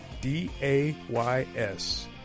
D-A-Y-S